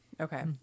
Okay